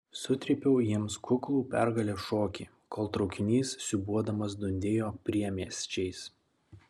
sutrypiau jiems kuklų pergalės šokį kol traukinys siūbuodamas dundėjo priemiesčiais